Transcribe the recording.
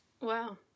Wow